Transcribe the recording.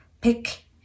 pick